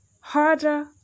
harder